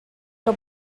que